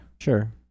Sure